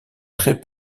très